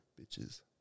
bitches